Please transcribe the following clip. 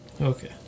Okay